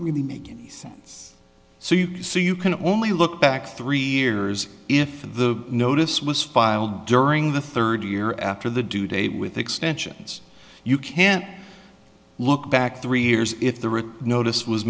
really make any sense so you can see you can only look back three years if the notice was filed during the third year after the due date with extensions you can look back three years if the written notice was